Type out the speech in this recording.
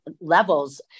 levels